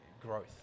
growth